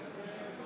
נתקבל.